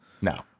No